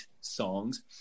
songs